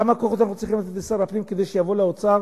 כמה כוחות אנחנו צריכים לתת לשר הפנים כדי שיבוא לאוצר